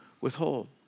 withhold